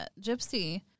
Gypsy